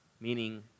meaning